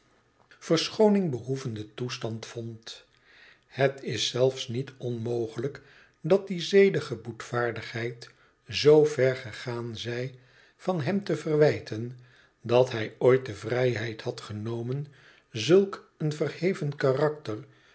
verschooning behoevenden toestand vond het is zelfs niet onmogelijk dat die zedige boetvaardigheid z ver gegaan zij van hém te verwijten dat hij ooit de vrijheid had genomen zulk een verheven karakter